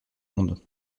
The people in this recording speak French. monde